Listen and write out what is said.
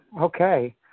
okay